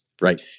Right